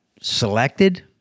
selected